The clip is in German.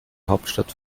hauptstadt